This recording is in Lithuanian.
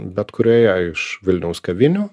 bet kurioje iš vilniaus kavinių